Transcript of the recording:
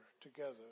together